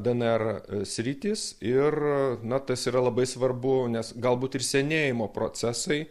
dnr sritys ir na tas yra labai svarbu nes galbūt ir senėjimo procesai